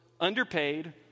underpaid